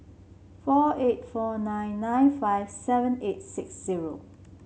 four eight four nine nine five seven eight six zero